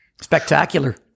Spectacular